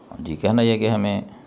جی کہنا یہ کہ ہمیں